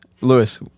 Lewis